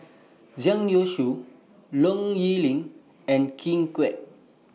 Zhang Youshuo Low Yen Ling and Ken Kwek